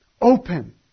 open